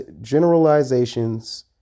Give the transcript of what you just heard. generalizations